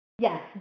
Yes